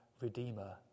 Redeemer